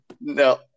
No